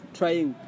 trying